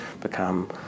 become